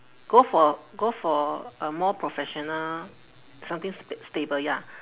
go for go for a more professional something st~ stable ya